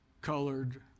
colored